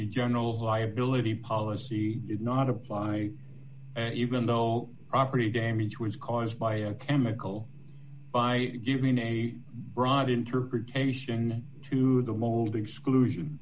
the general liability policy is not apply even though property damage was caused by a chemical by giving a broad interpretation to the old exclusion